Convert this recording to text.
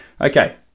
Okay